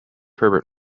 herbert